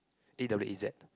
A_W_A_Z